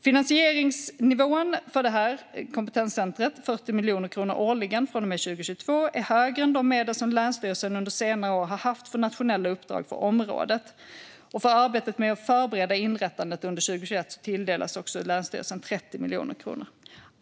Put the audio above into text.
Finansieringsnivån för kompetenscentrumet, 40 miljoner kronor årligen från och med 2022, är högre än de medel som länsstyrelsen under senare år har haft för nationella uppdrag på området. För arbetet med att förbereda inrättandet under 2021 tilldelas länsstyrelsen 30 miljoner kronor.